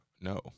no